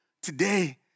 Today